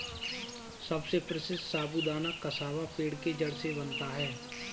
सबसे प्रसिद्ध साबूदाना कसावा पेड़ के जड़ से बनता है